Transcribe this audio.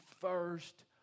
first